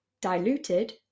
diluted